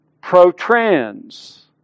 pro-trans